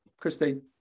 Christine